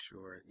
Sure